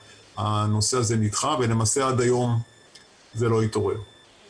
הנושא היום במסגרת חודש המודעות לסרטן ריאה הוא